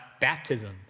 baptism